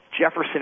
Jefferson